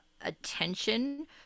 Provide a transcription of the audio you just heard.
attention